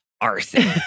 Arson